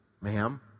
ma'am